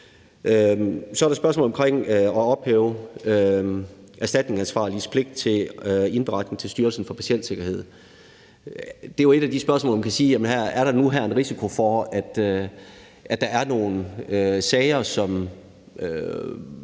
Så er der spørgsmålet om at ophæve erstatningsansvarliges pligt til indberetning til Styrelsen for Patientsikkerhed. Det er jo et af de spørgsmål, hvor man kan spørge, om der her er en risiko for, at der er nogle sager, som